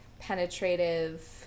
penetrative